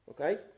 Okay